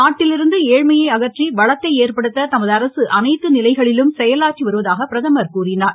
நாட்டிலிருந்து ஏழ்மையை அகற்றி வளத்தை ஏற்படுத்த தமது அரசு அனைத்து நிலைகளிலும் செயலாற்றி வருவதாக பிரதமர் கூறினார்